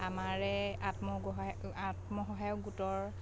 আমাৰে আত্মগোহাই আত্মসহায়ক গোটৰ